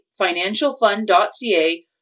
financialfund.ca